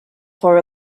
for